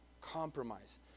Compromise